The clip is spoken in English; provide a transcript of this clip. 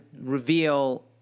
reveal